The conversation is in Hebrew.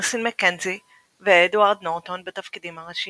תומאסין מקנזי ואדוארד נורטון בתפקידים הראשיים.